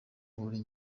buri